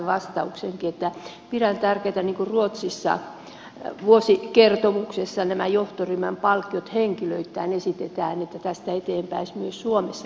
pidän tärkeänä että niin kuin ruotsissa vuosikertomuksessa nämä johtoryhmän palkkiot henkilöittäin esitetään että tästä eteenpäin myös suomessa näin toimittaisiin